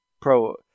Pro